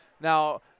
Now